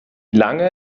lange